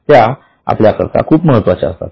त्या आपल्या करता खूप महत्त्वाच्या असतात